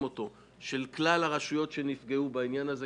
אותו - של כלל הרשויות שנפגעו בעניין הזה,